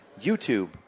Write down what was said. YouTube